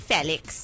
Felix